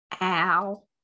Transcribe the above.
Ow